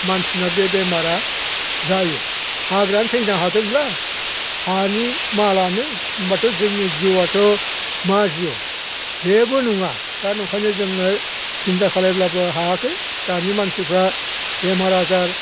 मानसिना बे बेमारा जायो हाग्रायानो थैनो हादोंब्ला हानि मालानो होनबाथ' जोंनि जिउआथ' मा जिउ जेबो नङा दा नंखायनो जोङो सिन्था खालामब्लाबो हायाखै दानि मानसिफ्रा बेमार आजार